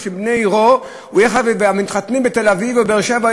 או שבני עירו מתחתנים בתל-אביב או בבאר-שבע,